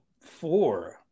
four